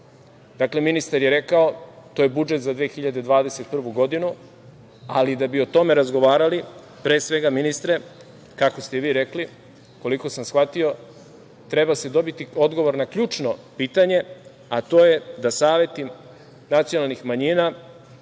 ministar je rekao, to je budžet za 2021. godinu, ali da bi o tome razgovarali, pre svega, ministre, kako ste i vi rekli, koliko sam shvatio, treba se dobiti odgovor na ključno pitanje, a to je da saveti nacionalnih manjina